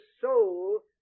soul